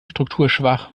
strukturschwach